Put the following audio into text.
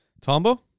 Tombo